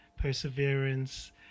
perseverance